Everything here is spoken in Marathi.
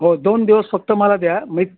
हो दोन दिवस फक्त मला द्या मी